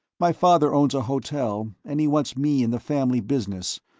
my father owns a hotel, and he wants me in the family business,